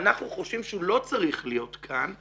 אנחנו חושבים שהוא לא צריך להיות כאן,